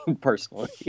personally